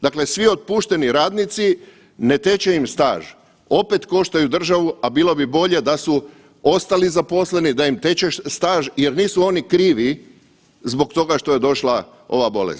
Dakle, svi otpušteni radnici ne teče im staž, opet koštaju državu, a bilo bi bolje da su ostali zaposleni, da im teče staž jer nisu oni krivi zbog toga što je došla ova bolest.